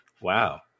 Wow